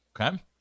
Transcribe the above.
Okay